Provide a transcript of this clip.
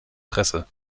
presse